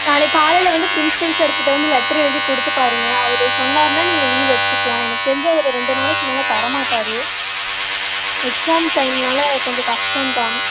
நாளைக்கு காலையில் வந்து பிரின்ஸ்பல் சார் கிட்ட வந்து லட்ரு எழுதி கொடுத்து பாருங்கள் அவர் சொன்னாருன்னா நீங்கள் லீவு எடுத்துக்கள்ளான் எனக்கு தெரிஞ்சு அவர் ரெண்டு நாளைக்கு மேல் தரமாட்டார் எக்ஸாம் டைமினால கொஞ்சம் கஷ்டந்தான்